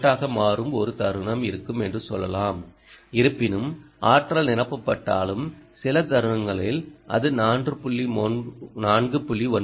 9 வோல்ட்டாக மாறும் ஒரு தருணம் இருக்கும் என்று சொல்லலாம் இருப்பினும் ஆற்றல் நிரப்பப்பட்டாலும் சில தருணங்களில் அது 4